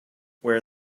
where